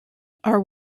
are